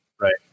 right